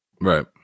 Right